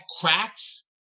cracks